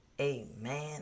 Amen